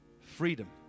Freedom